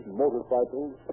motorcycles